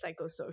psychosocial